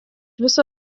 viso